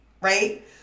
right